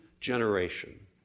generation